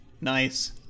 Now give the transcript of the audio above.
Nice